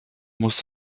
muss